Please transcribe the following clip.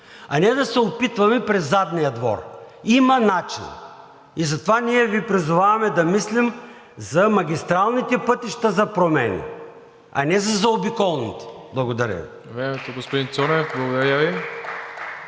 а не да се опитваме през задния двор. Има начин. Затова ние Ви призоваваме да мислим за магистралните пътища за промени, а не за заобиколните. Благодаря Ви.